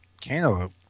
Cantaloupe